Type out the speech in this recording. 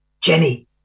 Jenny